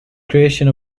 creation